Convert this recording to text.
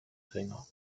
geringer